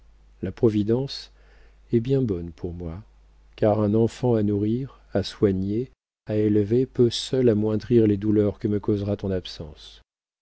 la providence est bien bonne pour moi car un enfant à nourrir à soigner à élever peut seul amoindrir les douleurs que me causera ton absence